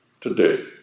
today